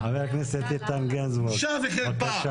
בושה וחרפה.